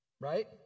right